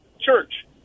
church